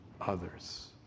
others